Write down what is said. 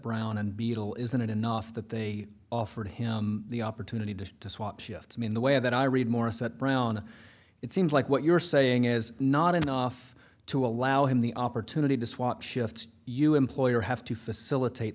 brown and beatle isn't it enough that they offered him the opportunity to swap shifts i mean the way that i read morris at brown it seems like what you're saying is not enough to allow him the opportunity to swap shifts you employer have to facilitate